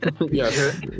Yes